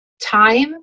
time